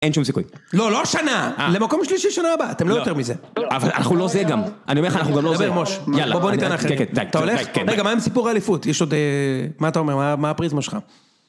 אין שום סיכוי. לא, לא שנה! למקום שלישי שנה הבאה. אתם לא יותר מזה. אבל אנחנו לא זה גם. אני אומר לך, אנחנו גם לא זה. דבר מוש. בוא בוא ניתן לאחרים. די, כן. רגע, מה עם סיפורי אליפות? יש עוד... מה אתה אומר? מה הפריזמה שלך?